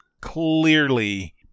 clearly